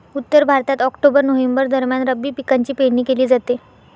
उत्तर भारतात October November दरम्यान रब्बी पिकांची पेरणी केली जाते